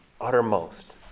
Uttermost